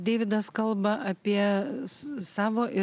deividas kalba apie s savo ir